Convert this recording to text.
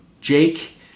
Jake